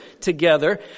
together